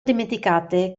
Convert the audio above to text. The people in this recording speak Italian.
dimenticate